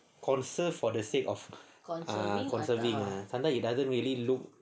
conserve for the sake of ah conserving ah sometimes it doesn't really look